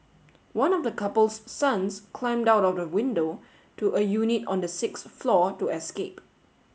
one of the couple's sons climbed out of the window to a unit on the sixth floor to escape